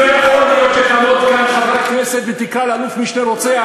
לא יכול להיות שתעמוד כאן חברת כנסת ותקרא לאלוף-משנה רוצח,